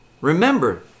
Remember